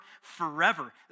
forever